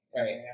Right